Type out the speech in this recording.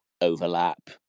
overlap